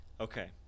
Okay